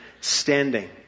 standing